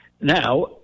Now